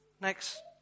next